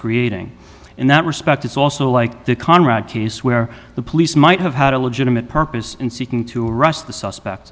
creating in that respect it's also like the conrad case where the police might have had a legitimate purpose in seeking to arrest the suspect